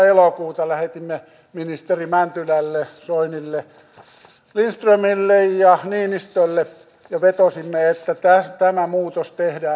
elokuuta lähetimme ministeri mäntylälle soinille lindströmille ja niinistölle ja vetosimme että tämä muutos tehdään